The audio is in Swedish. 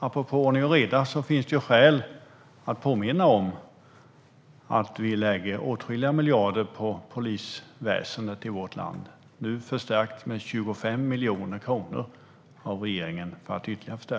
Apropå ordning och reda finns det skäl att påminna om att vi lägger åtskilliga miljarder på polisväsendet i vårt land, nu ytterligare förstärkt av regeringen med 25 miljoner kronor.